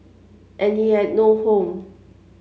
and he had no home